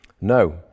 No